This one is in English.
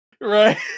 Right